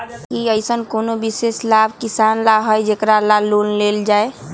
कि अईसन कोनो विशेष लाभ किसान ला हई जेकरा ला लोन लेल जाए?